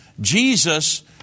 Jesus